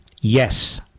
Yes